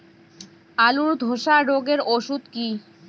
আলুর ধসা রোগের ওষুধ কি?